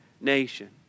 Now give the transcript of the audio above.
nation